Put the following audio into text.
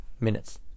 minutes